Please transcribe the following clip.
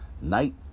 Night